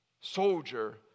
soldier